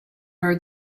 heard